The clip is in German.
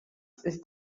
ist